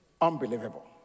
Unbelievable